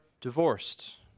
divorced